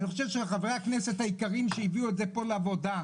אני חושב שחברי הכנסת העיקריים שהביאו את זה פה לוועדה